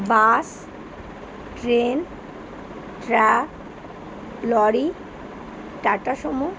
bus train truck lorry Tata Sumo